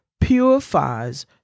purifies